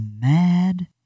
mad